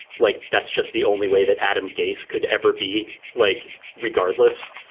like, that's just the only way that adam gase could ever be like. regardless,